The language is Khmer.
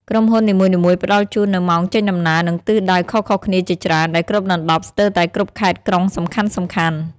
ក្រុមហ៊ុននីមួយៗផ្តល់ជូននូវ ម៉ោងចេញដំណើរ និងទិសដៅខុសៗគ្នាជាច្រើន ដែលគ្របដណ្តប់ស្ទើរតែគ្រប់ខេត្តក្រុងសំខាន់ៗ។